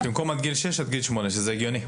גיל שמונה במקום עד גיל שש, שזה הגיוני.